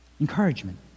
Encouragement